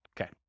Okay